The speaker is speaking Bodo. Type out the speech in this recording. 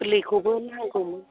गोरलैखौबो नांगौमोन